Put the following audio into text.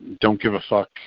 don't-give-a-fuck